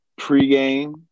pregame